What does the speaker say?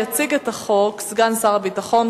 יציג את החוק סגן שר הביטחון,